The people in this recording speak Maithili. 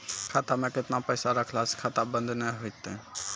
खाता मे केतना पैसा रखला से खाता बंद नैय होय तै?